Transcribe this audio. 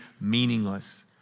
meaningless